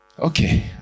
okay